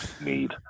need